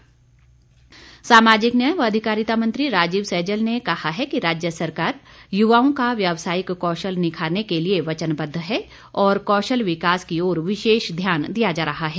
राजीव सैजल सामाजिक न्याय व अधिकारिता मंत्री राजीव सैजल ने कहा है कि राज्य सरकार युवाओं का व्यवसायिक कौशल निखारने के लिए वचनबद्ध है और कौशल विकास की ओर विशेष ध्यान दिया जा रहा है